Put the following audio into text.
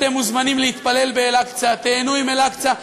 אתם מוזמנים להתפלל באל-אקצא, תיהנו עם אל-אקצא,